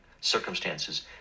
circumstances